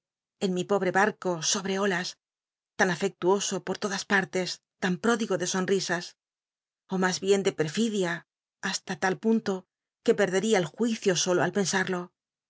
en mi pobre barco solll'c las olas tan afectuoso por todas pmtes lan pródigo de sonrisas ó mas bien de perfidia hasta tal punto que perdería el juicio solo al pensado